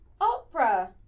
Opera